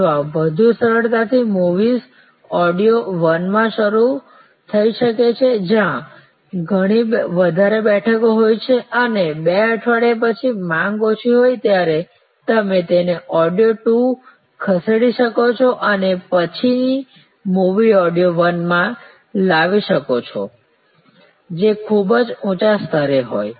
અથવા વધુ સરળતાથી મૂવીઝ ઑડિયો વનમાં શરૂ થઈ શકે છે જેમાં ઘણી વધારે બેઠકો હોય છે અને બે અઠવાડિયા પછી માંગ ઓછી હોય ત્યારે તમે તેને ઑડિયો ટુ ખસેડી શકો છો અને પછીની મૂવી ઑડિઓ વનમાં લાવી શકો છો જે ખૂબ ઊંચા સ્તરે હોય